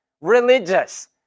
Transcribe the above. Religious